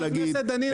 חבר הכנסת דנינו.